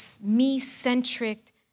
me-centric